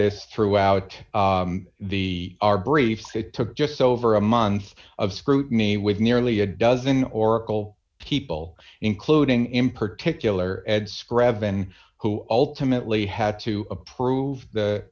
this throughout the our brief that took just over a month of scrutiny with nearly a dozen oracle people including in particular ed spreads and who ultimately had to approve the